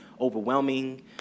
overwhelming